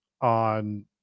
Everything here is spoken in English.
on